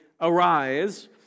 Arise